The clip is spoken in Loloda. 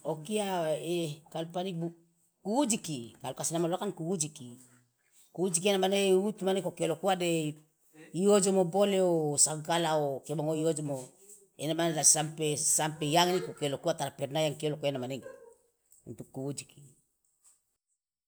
okia kujiki kalu kasnama loloda kan kujiki kujiki ena mane wutu mane ikokiolokuwa de iojomo bole o sagala okia mangoe ena mane la sampe sampe iange ikokiolokuwa tara perna yang kioloko ena manege untuk kujiki.